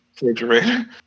refrigerator